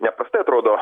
neprastai atrodo